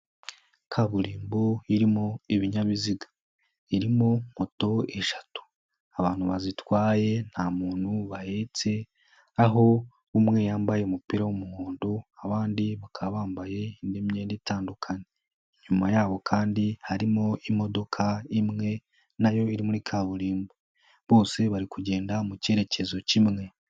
Kaburimbo irimo ibinyabiziga irimo moto eshatu, abantu bazitwaye nta muntu bahetse aho umwe yambaye umupira w'umuhondo, abandi bakaba bambaye indi myenda itandukanye, inyuma yaho kandi harimo imodoka imwe na yo iri muri kaburimbo bose bari kugenda mu kerekezo kimwe.